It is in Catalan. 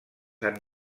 han